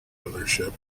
ownership